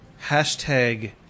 hashtag